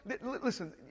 listen